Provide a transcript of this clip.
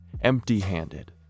empty-handed